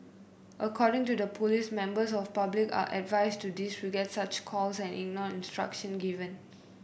according to the police members of public are advised to disregard such calls and ignore the instruction given